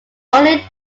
only